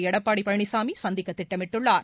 எடப்பாடி பழனிசாமி சந்திக்க திட்டமிட்டுள்ளார்